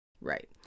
Right